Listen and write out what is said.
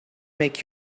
make